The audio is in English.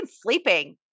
sleeping